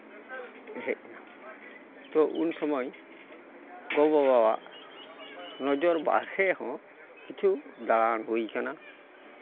ᱦᱮᱡᱱᱟ ᱛᱚ ᱩᱱ ᱥᱚᱢᱚᱭ ᱜᱚᱼᱵᱟᱵᱟᱣᱟᱜ ᱱᱚᱡᱚᱨ ᱵᱟᱨᱦᱮ ᱦᱚᱸ ᱠᱤᱪᱷᱩ ᱫᱟᱬᱟ ᱦᱩᱭ ᱠᱟᱱᱟ